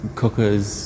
cookers